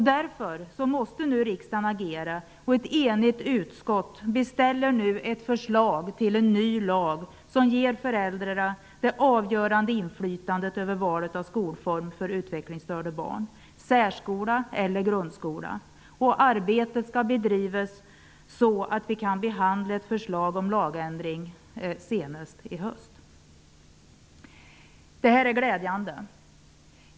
Därför måste riksdagen agera, och ett enigt utskott beställer nu ett förslag till en ny lag, som ger föräldrar till utvecklingsstörda barn det avgörande inflytandet över valet av skolform -- särskola eller grundskola. Arbetet skall bedrivas så att vi kan behandla ett förslag om lagändring senast i höst. Det här är glädjande.